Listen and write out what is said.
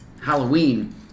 Halloween